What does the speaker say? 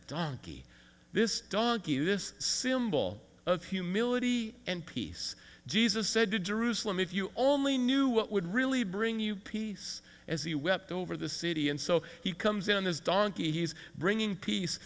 donkey this donkey this symbol of humility and peace jesus said to jerusalem if you only knew what would really bring you peace as he wept over the city and so he comes in his donkey he's bringing peace